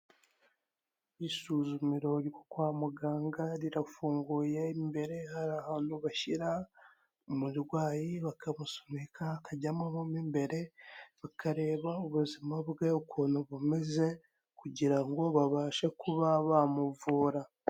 Isuzumiro ryo kwa muganga rirafunguye, imbere hari ahantu bashyira umurwayi bakamusunika, akajyamo mo imbere, bakareba ubuzima bwe ukuntu bumeze kugira ngo babashe kuba bamuvura.